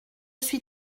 suis